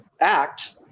act